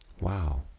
Wow